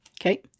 Okay